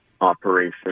operation